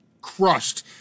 crushed